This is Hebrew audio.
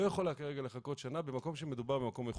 יכולה לחכות שנה במקום שמדובר על מקום איכותי.